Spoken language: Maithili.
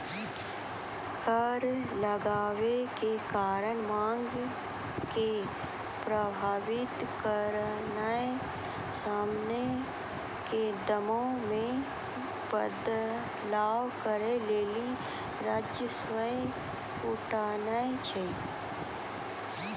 कर लगाबै के कारण मांग के प्रभावित करनाय समानो के दामो मे बदलाव करै लेली राजस्व जुटानाय छै